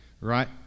right